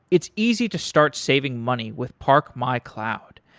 it's easy to start saving money with park my cloud.